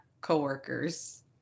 co-workers